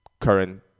current